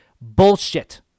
Bullshit